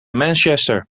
manchester